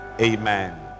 Amen